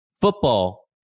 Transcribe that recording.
football